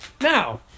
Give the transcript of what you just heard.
Now